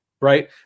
right